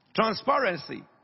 Transparency